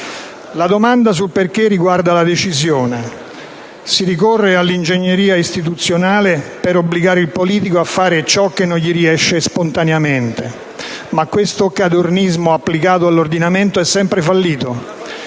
La domanda sul perché riguarda la decisione. Si ricorre all'ingegneria istituzionale per obbligare il politico a fare ciò che non gli riesce spontaneamente, ma questo cadornismo applicato all'ordinamento è sempre fallito: